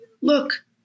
look